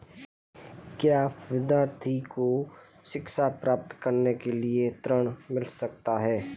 क्या विद्यार्थी को शिक्षा प्राप्त करने के लिए ऋण मिल सकता है?